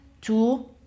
Two